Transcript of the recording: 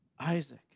Isaac